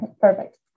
perfect